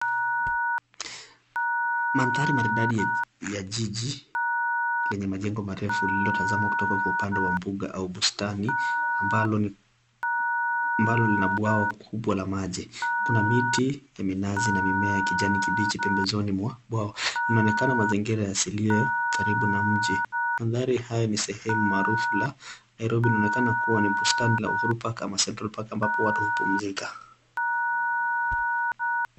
Mandhari maridadi ya jiji lenye majengo marefu lililotazamwa kutoka kwa upande wa mbuga au bustani ambalo lina bwawa kubwa la maji. Kuna miti ya minazi na mimea ya kijani kibichi pembezoni mwa bwawa. Inaonekana mazingira ya asilia karibu na mji. Mandhari haya ni sehemu maarufu la Nairobi na inaonekana kuwa bustani ya Uhuru park au Central Park ambapo watu hupumzika.